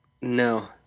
No